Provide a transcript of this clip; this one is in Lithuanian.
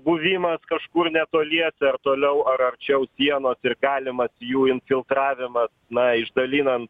buvimas kažkur netoliese ar toliau ar arčiau sienos ir galimas jų infiltravimas na išdalinant